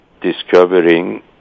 discovering